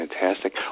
Fantastic